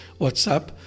whatsapp